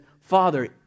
father